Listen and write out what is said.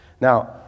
Now